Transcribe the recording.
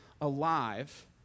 alive